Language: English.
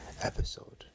episode